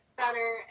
better